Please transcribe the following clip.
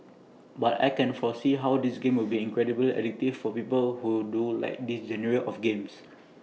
but I can foresee how this game will be incredibly addictive for people who do like this genre of games